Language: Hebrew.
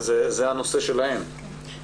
הנושא שלהם,